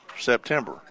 September